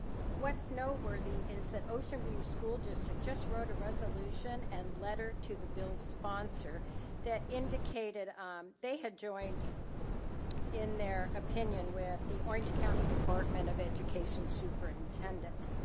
what's noteworthy is that ocean view school district just wrote a resolution and letter to the bill's sponsor that indicated they had joined in their opinion with the orange county department of education's superintendent.